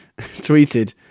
tweeted